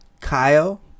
Kyle